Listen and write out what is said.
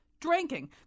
Drinking